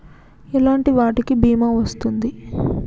ఎలాంటి వాటికి బీమా వస్తుంది?